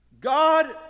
God